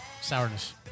sourness